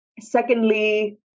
Secondly